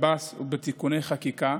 שב"ס ובתיקוני חקיקה.